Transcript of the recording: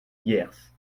hyères